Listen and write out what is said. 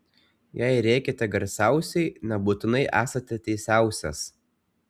jei rėkiate garsiausiai nebūtinai esate teisiausias